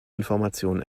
information